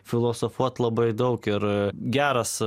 filosofuot labai daug ir geras